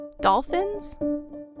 Dolphins